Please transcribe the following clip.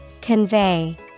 Convey